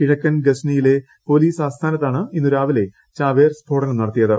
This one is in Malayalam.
കിഴക്കൻ ഗസനിയിലെ പോലീസ് ആസ്ഥാനത്താണ് ഇന്നു രാവിലെ ചാവേർ സ്ഫോടനം നടത്തിയത്